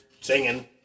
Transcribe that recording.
singing